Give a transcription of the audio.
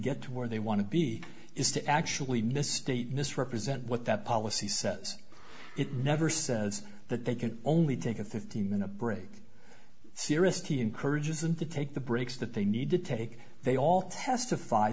get to where they want to be is to actually misstate misrepresent what that policy says it never says that they can only take a fifteen minute break sirus t encourages them to take the breaks that they need to take they all testif